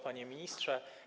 Panie Ministrze!